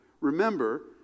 remember